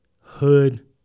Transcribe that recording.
hood